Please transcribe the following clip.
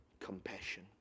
compassion